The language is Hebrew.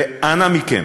ואנא מכם,